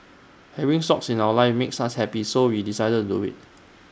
having socks in our lives makes us happy so we decided do IT